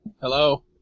Hello